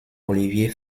olivier